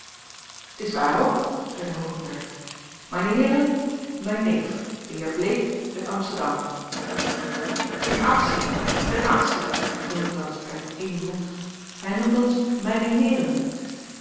t is waar ook zeide hoogenberg mijne heeren mijn neef de heer bleek uit amsterdam een aktie een aktie klonk het als uit één mond hij noemt ons mijne heeren